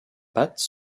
pattes